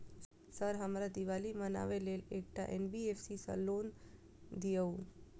Sir हमरा दिवाली मनावे लेल एकटा एन.बी.एफ.सी सऽ लोन दिअउ?